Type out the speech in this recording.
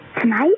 Tonight